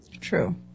true